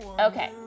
Okay